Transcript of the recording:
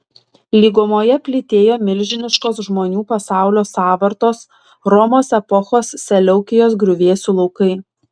lygumoje plytėjo milžiniškos žmonių pasaulio sąvartos romos epochos seleukijos griuvėsių laukai